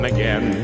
again